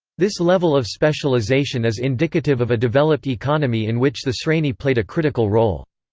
this level of specialisation is indicative of a developed economy in which the sreni played a critical role.